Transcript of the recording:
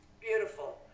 Beautiful